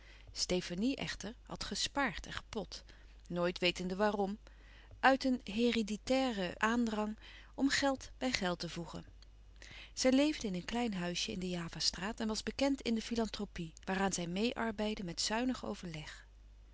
stefanie echter had gespaard en gepot nooit wetende waarom uit een hereditairen aandrang om geld bij geld te voegen zij leefde in een klein huisje in de javastraat en was bekend in de filantropie waaraan zij meê arbeidde met zuinig overleg